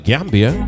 Gambia